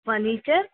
furniture